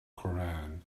koran